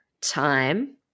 time